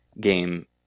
game